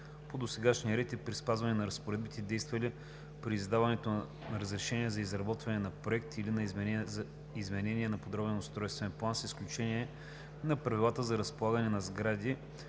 по досегашния ред и при спазване на разпоредбите, действали при издаването на разрешение за изработване на проект или на изменение на подробен устройствен план, с изключение на правилата за разполагане на сгради